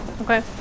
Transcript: Okay